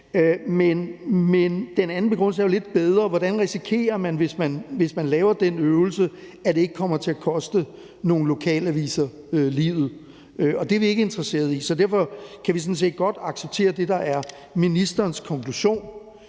Men den anden begrundelse er jo lidt bedre: Hvordan risikerer man, hvis man laver den øvelse, at det ikke kommer til at koste nogle lokalaviser livet? – for det er vi jo ikke interesseret i. Så derfor kan vi sådan set godt acceptere det, der er ministerens konklusion.